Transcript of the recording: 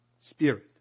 spirit